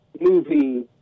movie